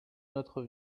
notre